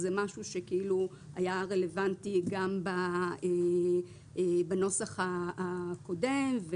זה משהו שהיה רלוונטי גם בנוסח הקודם.